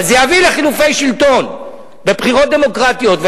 אבל זה יביא לחילופי שלטון בבחירות דמוקרטיות.